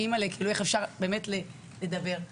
איך אפשר באמת לדבר?